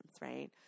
right